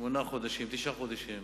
שמונה חודשים, תשעה חודשים.